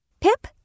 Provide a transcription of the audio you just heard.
Pip